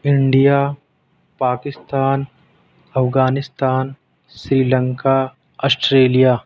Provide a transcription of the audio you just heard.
India Pakistan Afghanistan Sri Lanka Australia